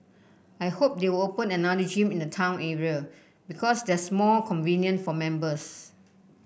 I hope they will open another gym in the town area because that's more convenient for members